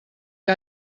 que